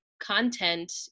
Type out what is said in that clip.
content